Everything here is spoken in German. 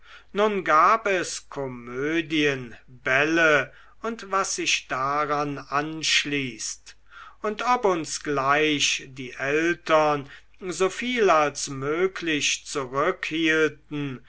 nun gab es komödien bälle und was sich daran anschließt und ob uns gleich die eltern soviel als möglich